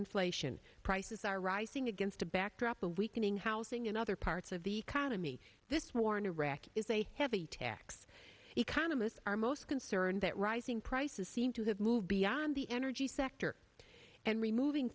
inflation prices are rising against a backdrop of weakening housing in other parts of the economy this war in iraq is a heavy tax economists are most concerned that rising prices seem to have moved beyond the energy sector and removing